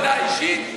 להודעה אישית,